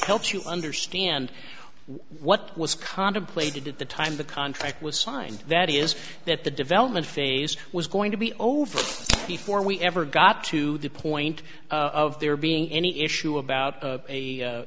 helps you understand what was contemplated at the time the contract was signed that is that the development phase was going to be over before we ever got to the point of there being any issue about